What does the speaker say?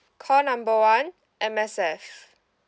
call number one M_S_F